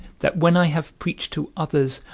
that when i have preached to others,